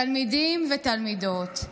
תלמידים ותלמידות,